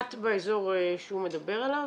את באזור שהוא מדבר עליו,